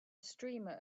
streamer